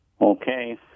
okay